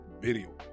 video